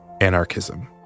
Anarchism